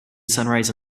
sunrise